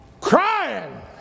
crying